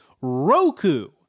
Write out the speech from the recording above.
Roku